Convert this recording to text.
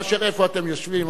מאשר איפה אתם יושבים.